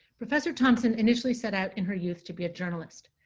professor thompson initially set out, in her youth, to be a journalist.